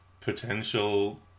potential